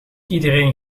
iedereen